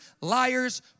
liars